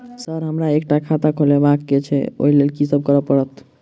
Sir हमरा एकटा चालू खाता खोलबाबह केँ छै ओई लेल की सब करऽ परतै?